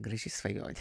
graži svajonė